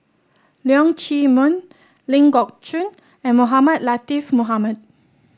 Leong Chee Mun Ling Geok Choon and Mohamed Latiff Mohamed